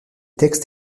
textes